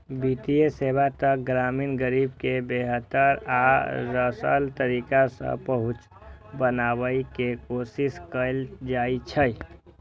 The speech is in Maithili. वित्तीय सेवा तक ग्रामीण गरीब के बेहतर आ सरल तरीका सं पहुंच बनाबै के कोशिश कैल जाइ छै